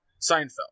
Seinfeld